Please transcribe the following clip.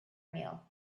meal